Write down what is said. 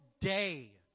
day